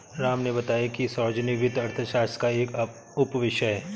राम ने बताया कि सार्वजनिक वित्त अर्थशास्त्र का एक उपविषय है